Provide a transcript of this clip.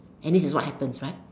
and this is what happens right